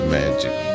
magic